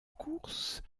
course